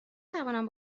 توانم